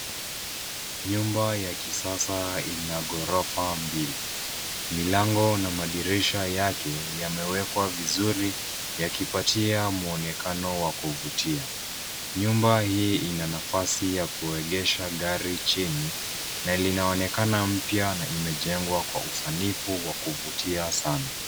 Nyumba ya kisasa ina ghorofa mbili. Milango na madirisha yake yamewekwa vizuri yakipatia mwonekano wa kuvutia. Nyumba hii ina nafasi ya kuegesha gari chini na linaonekana kuwa mpya na imejengwa kwa usanifu wa kuvutia sana.